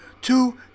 Two